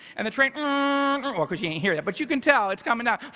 and the train ah and of ah course you can't hear it, but you can tell it's coming now